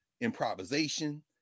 improvisation